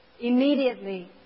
Immediately